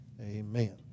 Amen